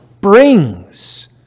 brings